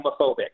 homophobic